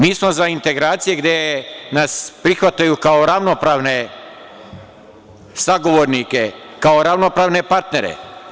Mi smo za integracije gde nas prihvataju kao ravnopravne sagovornike, kao ravnopravne partnere.